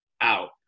out